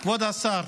כבוד השר.